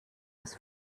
des